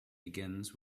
begins